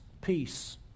peace